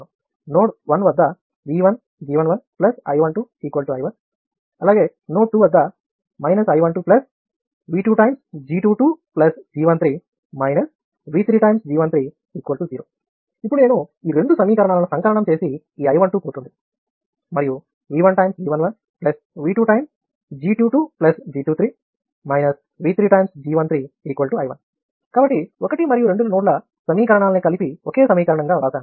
node 1 వద్ద V1 G11 I 12 I 1 node 2 వద్ద I12 V2G22G13 V3G13 0 ఇప్పుడు నేను ఈ రెండు సమీకరణాలను సంకలనం చేస్తే ఈ I12 పోతుంది మరియు V1 G11 V2G22G23 V3G13 I 1 కాబట్టి 1 మరియు 2 నోడ్ల సమీకరణాలాన్ని కలిపి ఒకే సమీకరణంగా వ్రాశాను